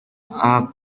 are